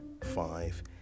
five